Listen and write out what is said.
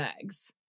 eggs